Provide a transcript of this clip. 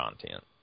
content